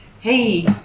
hey